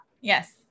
Yes